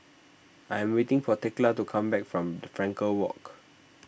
I am waiting for thekla to come back from Frankel Walk